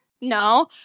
No